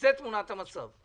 זאת תמונת המצב.